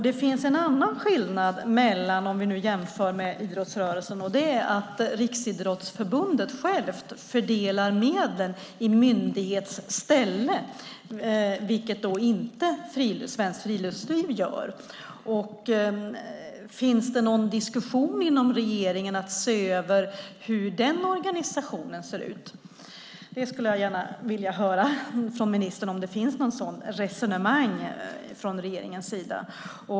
Det finns en annan skillnad mot idrottsrörelsen, om vi jämför med den, och det är att Riksidrottsförbundet självt fördelar medlen i myndighets ställe, vilket inte Svenskt Friluftsliv gör. Finns det någon diskussion inom regeringen att se över hur den organisationen ser ut? Jag skulle gärna vilja höra om det finns något sådant resonemang i regeringen.